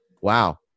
Wow